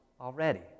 already